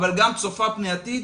אבל גם צופה פני עתיד,